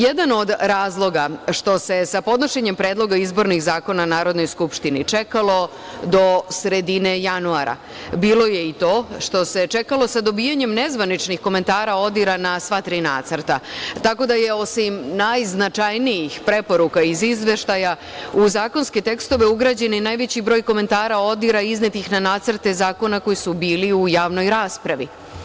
Jedan od razloga što se sa podnošenjem predloga izbornih zakona Narodnoj skupštini čekalo do sredine januara, bilo je i to što se čekalo sa dobijanjem nezvaničnih komentara ODIR-a na sva tri nacrta, tako da je osim najznačajnih preporuka iz izveštaja, u zakonske tekstove ugrađen i najveći broj komentara ODIR-a iznetih na nacrte zakona koji su bili u javnoj raspravi.